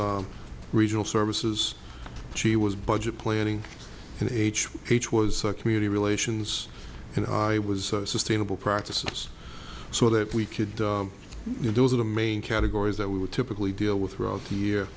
was regional services she was budget planning and h h was a community relations and i was sustainable practices so that we could do was in the main categories that we would typically deal with throughout the year